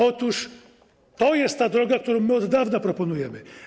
Otóż to jest droga, którą od dawna proponujemy.